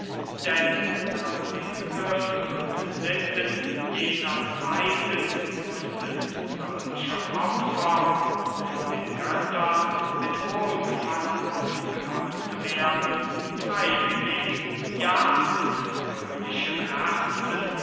denn nach den begriffen und sitten jener zeiten mußten solche opfer um von den göttern mit wohlgefallen aufgenommen zu werden freiwillig ja mit fröhlichem herzen